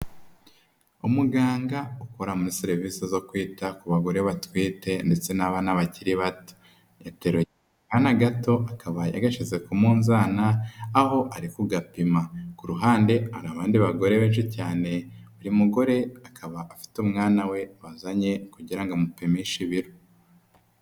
Umuganga ukora muri serivisi zo kwita ku bagore batwite ndetse n'abana bakiri bato, yateruye akana gato akaba yagashyize ku munzana aho ari kugapima, ku ruhande hari abandi bagore benshi cyane buri mugore akaba afite umwana we bazanye kugira ngo amupimishe ibiro.